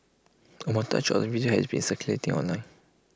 A montage of the video has been circulating online